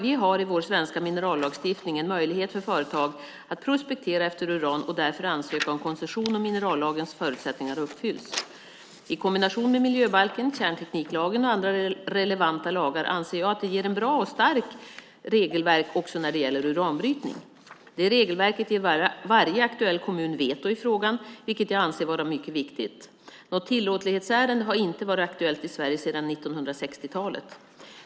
Vi har i vår svenska minerallagstiftning en möjlighet för företag att prospektera efter uran och därefter ansöka om koncession om minerallagens förutsättningar uppfylls. I kombination med miljöbalken, kärntekniklagen och andra relevanta lagar anser jag att det ger ett bra och starkt regelverk också när det gäller uranbrytning. Det regelverket ger varje aktuell kommun veto i frågan, vilket jag anser vara mycket viktigt. Något tillåtlighetsärende har inte varit aktuellt i Sverige sedan 1960-talet.